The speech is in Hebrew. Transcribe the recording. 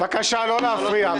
בבקשה, לא להפריע.